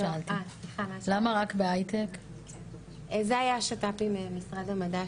זה היה שיתוף פעולה עם משרד המדע.